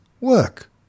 work